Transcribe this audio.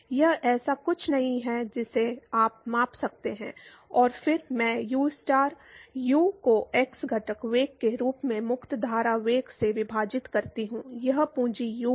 यह ऐसा कुछ नहीं है जिसे आप माप सकते हैं और फिर मैं यूस्टार यू को एक्स घटक वेग के रूप में मुक्त धारा वेग से विभाजित करता हूं यह पूंजी यू है